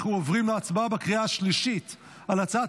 אנחנו עוברים להצבעה בקריאה השלישית על הצעת